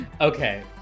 Okay